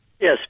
yes